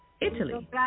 Italy